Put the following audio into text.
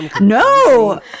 no